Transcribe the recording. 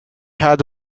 had